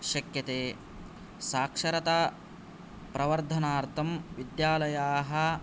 शक्यते साक्षरता प्रवर्धनार्थं विद्यालयाः